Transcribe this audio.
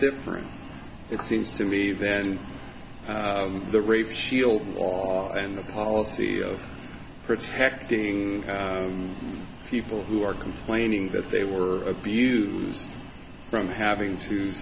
different it seems to me then the rape shield law and the policy of protecting people who are complaining that they were abused from having to